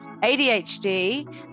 ADHD